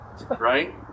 right